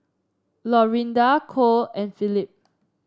Lorinda Kole and Phillip